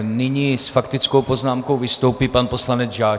Nyní s faktickou poznámkou vystoupí pan poslanec Žáček.